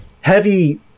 Heavy